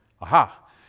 aha